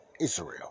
Israel